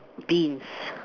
beans